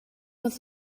was